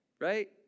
right